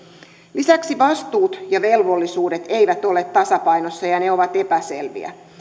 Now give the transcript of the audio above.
lisäksi vastuut ja velvollisuudet eivät ole tasapainossa ja ne ovat epäselviä